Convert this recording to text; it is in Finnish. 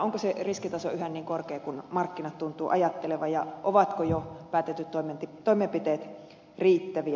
onko se riskitaso yhä niin korkea kuin markkinat tuntuu ajattelevan ja ovatko jo päätetyt toimenpiteet riittäviä